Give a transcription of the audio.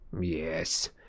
Yes